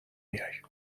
میائی